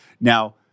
Now